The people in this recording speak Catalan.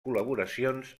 col·laboracions